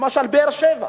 למשל, באר-שבע,